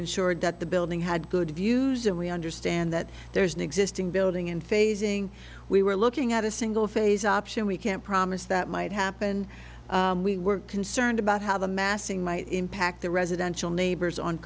ensured that the building had good views and we understand that there's an existing building in phasing we were looking at a single phase option we can't promise that might happen we were concerned about how the massing might impact the residential neighbors on